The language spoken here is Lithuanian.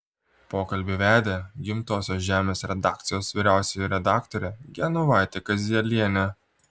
pokalbį vedė gimtosios žemės redakcijos vyriausioji redaktorė genovaitė kazielienė